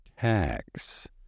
tax